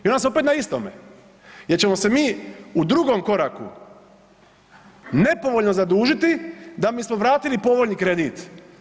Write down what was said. I onda smo opet na istome jer ćemo se mi u drugom koraku nepovoljno zadužiti da bismo vratili povoljni kredit.